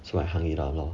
so I hung it up lor